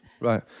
right